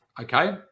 okay